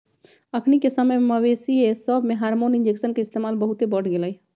अखनिके समय में मवेशिय सभमें हार्मोन इंजेक्शन के इस्तेमाल बहुते बढ़ गेलइ ह